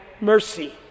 mercy